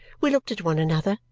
we looked at one another,